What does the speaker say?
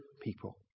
people